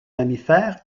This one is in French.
mammifères